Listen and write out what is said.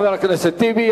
תודה לחבר הכנסת טיבי.